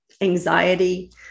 anxiety